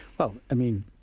well i mean,